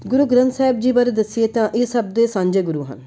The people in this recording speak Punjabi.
ਗੁਰੂ ਗ੍ਰੰਥ ਸਾਹਿਬ ਜੀ ਬਾਰੇ ਦੱਸੀਏ ਤਾਂ ਇਹ ਸਭ ਦੇ ਸਾਂਝੇ ਗੁਰੂ ਹਨ